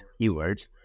keywords